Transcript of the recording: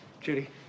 Judy